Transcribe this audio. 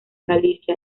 galicia